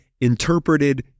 interpreted